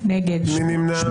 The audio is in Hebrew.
מי נמנע?